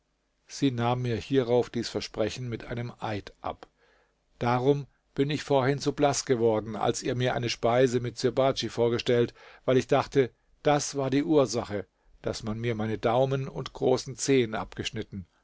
sie nahm mir hierauf dies versprechen mit einem eid ab darum bin ich vorhin so blaß geworden als ihr mir eine speise mit sirbadj vorgestellt weil ich dachte das war die ursache daß man mir meine daumen und großen zehen abgeschnitten